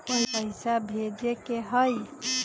पैसा भेजे के हाइ?